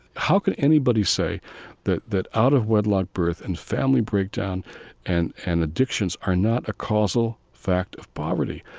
how can anybody say that that out of wedlock birth and family breakdown and and addictions are not a causal fact of poverty?